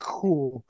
cool